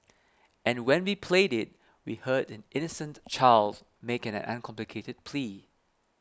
and when we played it we heard an innocent child make an uncomplicated plea